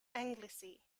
anglesey